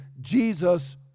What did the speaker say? Jesus